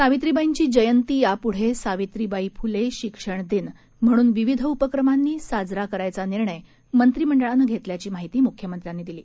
सावित्रीबाईंची जयंती यापुढे सावित्रीबाई फुले शिक्षण दिन म्हणून विविध उपक्रमांनी साजरा करायचा निर्णय मंत्रिमंडळानं घेतल्याची माहिती मुख्यमंत्र्यांनी दिली